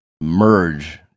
merge